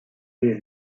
les